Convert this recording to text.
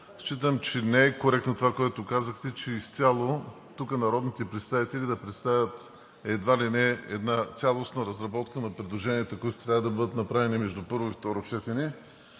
считам, че не е коректно това, което казахте, изцяло тук народните представители да представят едва ли не цялостна разработка на предложенията, които трябва да бъдат направени между първо и второ четене.